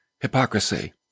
hypocrisy